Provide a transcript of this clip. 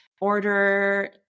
order